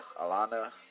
Alana